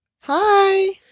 Hi